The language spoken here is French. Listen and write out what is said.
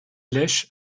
lèches